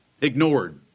Ignored